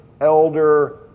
elder